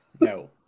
No